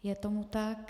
Je tomu tak.